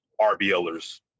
RBLers